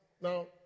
Now